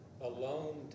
alone